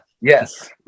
yes